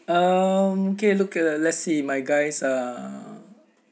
um okay look at uh let's say my guys ugh